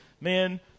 man